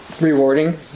rewarding